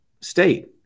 state